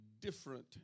different